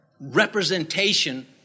representation